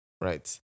right